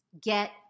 Get